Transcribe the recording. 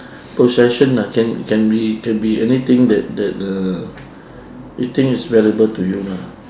possession ah can can be can be anything that that uh you think is valuable to you lah